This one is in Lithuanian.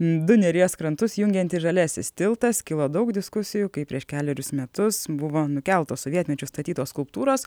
du neries krantus jungiantis žaliasis tiltas kilo daug diskusijų kai prieš kelerius metus buvo nukeltos sovietmečiu statytos skulptūros